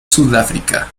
sudáfrica